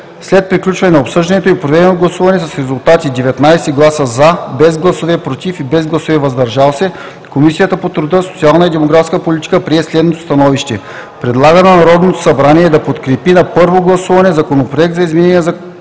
След приключване на обсъждането и проведеното гласуване с резултати: 19 гласа „за“, без гласове „против“ „въздържали се“, Комисията по труда, социалната и демографската политика прие следното становище: Предлага на Народното събрание да подкрепи на първо гласуване Законопроект за изменение на Закона